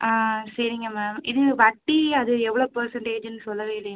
ஆ சரிங்க மேம் இது வட்டி அது எவ்வளோ பேர்சன்டேஜுன்னு சொல்லவே இல்லையே மேம்